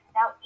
Now